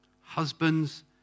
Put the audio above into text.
Husbands